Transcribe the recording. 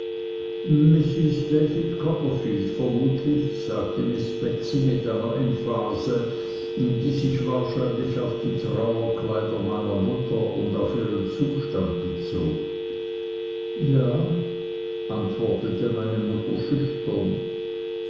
david copperfield vermutlich sagte miß betsey mit einer emphase die sich wahrscheinlich auf die trauerkleider meiner mutter und auf ihren zustand bezog ja antwortete meine mutter schüchtern